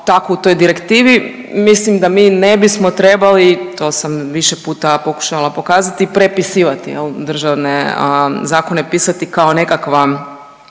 tako u toj direktivi. Mislim da mi ne bismo trebali to sam više puta pokušala pokazati prepisivati jel državne zakone pisati kao nekakva,